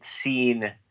seen